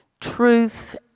truth